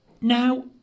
Now